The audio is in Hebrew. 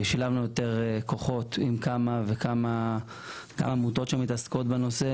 שילבנו יותר כוחות עם כמה וכמה עמותות שמתעסקות בנושא